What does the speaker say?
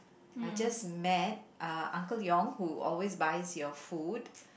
I just met eh Uncle Leong who always buys your food